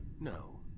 No